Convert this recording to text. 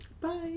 bye